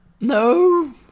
No